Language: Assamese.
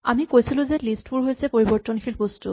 আমি কৈছিলো যে লিষ্ট বোৰ হৈছে পৰিবৰ্তনশীল বস্তু